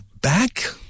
Back